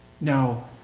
Now